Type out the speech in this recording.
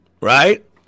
right